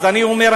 אז אני אומר,